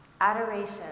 Adoration